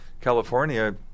California